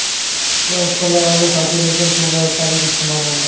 फर्श पर लगावे खातिर भी एकर खूब व्यापारिक इस्तेमाल होला